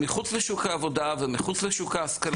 שמחוץ לשוק העבודה ומחוץ לשוק ההשכלה.